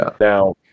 Now